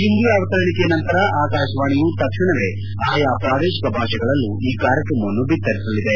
ಹಿಂದಿ ಅವತರಣೆಕೆ ನಂತರ ಆಕಾಶವಾಣಿಯು ತಕ್ಷಣವೇ ಆಯಾ ಪ್ರಾದೇಶಕ ಭಾಷೆಗಳಲ್ಲೂ ಈ ಕಾರ್ಯಕ್ರಮವನ್ನು ಭಿತ್ತರಿಸಲಿದೆ